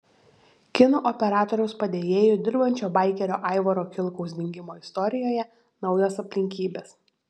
kino operatoriaus padėjėju dirbančio baikerio aivaro kilkaus dingimo istorijoje naujos aplinkybės